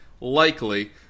likely